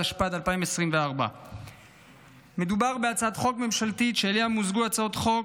התשפ"ד 2024. מדובר בהצעת חוק ממשלתית שאליה מוזגו הצעות חוק